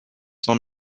sans